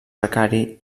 precari